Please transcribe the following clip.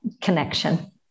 connection